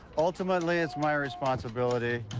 ultimately, it's my responsibility.